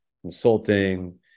consulting